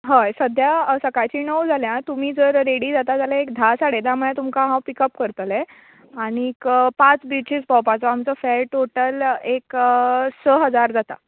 हय सद्या सकाळचीं णव जाल्यात तुमी जर रेडी जाता जाल्यार एक धा साडे धा म्हणल्यार हांव तुमकां पिकअप करतलें आनीक पांच बिचीस भोंवपाचो आमचो फॅर टॉटल एक स हजार जाता